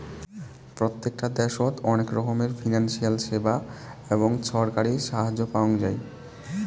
প্রত্যেকটা দ্যাশোতে অনেক রকমের ফিনান্সিয়াল সেবা এবং ছরকারি সাহায্য পাওয়াঙ যাই